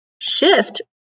shift